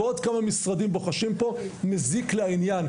ועוד כמה משרדים בוחשים פה זה מזיק לעניין.